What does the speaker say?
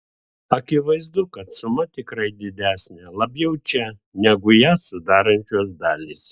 akivaizdu kad suma tikrai didesnė labiau čia negu ją sudarančios dalys